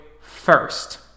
first